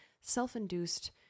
self-induced